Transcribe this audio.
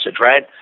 right